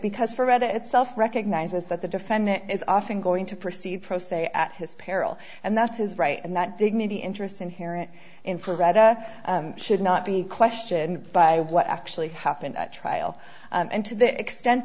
because fred itself recognizes that the defendant is often going to proceed pro se at his peril and that's his right and that dignity interest inherent in for radda should not be questioned by what actually happened at trial and to the extent